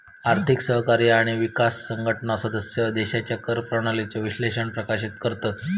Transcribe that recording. आर्थिक सहकार्य आणि विकास संघटना सदस्य देशांच्या कर प्रणालीचो विश्लेषण प्रकाशित करतत